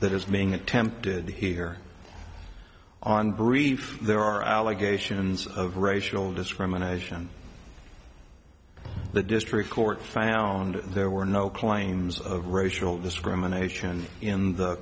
that is being attempted here on brief there are allegations of racial discrimination the district court found there were no claims of racial discrimination in the